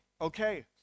okay